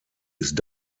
ist